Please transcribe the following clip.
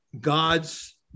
God's